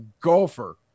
golfer